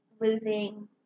losing